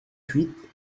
huit